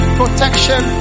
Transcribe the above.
protection